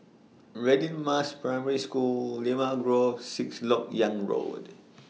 Radin Mas Primary School Limau Grove Sixth Lok Yang Road